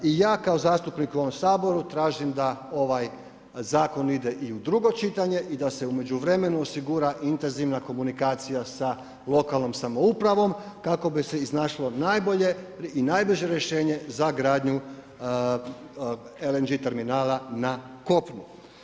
I ja kao zastupnik u ovo Saboru tražim da ovaj zakon ide i u drugo čitanje i da se u međuvremenu osigura intenzivna komunikacija sa lokalnom samoupravom kako bi se iznašlo nabolje i najbliže rješenje za gradnju LNG terminala na kopnu.